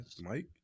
mike